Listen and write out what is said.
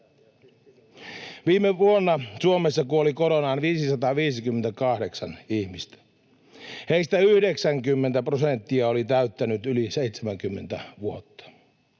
Viime vuonna Suomessa kuoli koronaan 558 ihmistä. Heistä 90 prosenttia oli täyttänyt yli 70 vuotta.